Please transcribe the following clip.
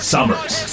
Summers